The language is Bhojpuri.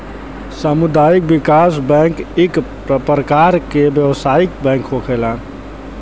सामुदायिक विकास बैंक इक परकार के व्यवसायिक बैंक होखेला